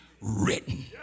written